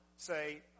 say